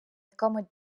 якому